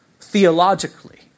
theologically